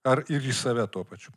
ar ir į save tuo pačiu